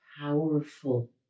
powerful